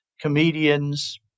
comedians